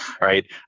right